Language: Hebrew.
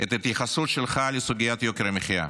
את ההתייחסות שלך לסוגיית יוקר המחיה,